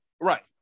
Right